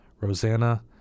Rosanna